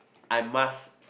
I must